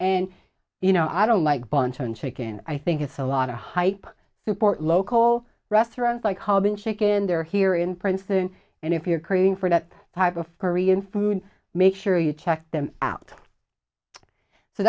and you know i don't like bunch on chicken i think it's a lot of hype support local restaurants like alban chicken they're here in princeton and if you're craving for that type of korean food make sure you check them out so